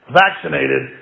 vaccinated